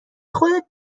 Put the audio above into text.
خودت